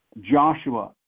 Joshua